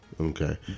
Okay